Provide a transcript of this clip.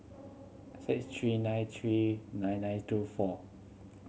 six three nine three nine nine two four